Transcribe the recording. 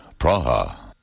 Praha